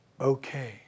okay